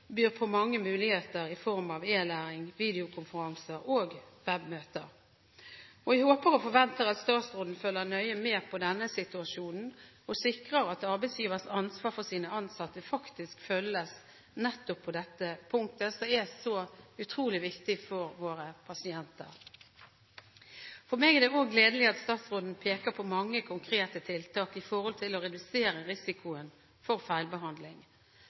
byr på mange muligheter i form av e-læring, videokonferanser og web-møter. Jeg håper og forventer at statsråden følger nøye med på denne situasjonen og sikrer at arbeidsgivers ansvar for de ansatte faktisk følges, nettopp på dette punktet som er så utrolig viktig for pasientene. For meg er det òg gledelig at statsråden peker på mange konkrete tiltak med tanke på å redusere risikoen for